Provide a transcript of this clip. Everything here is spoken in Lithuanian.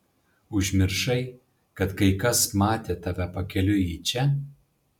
užmiršai kad kai kas matė tave pakeliui į čia